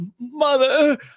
Mother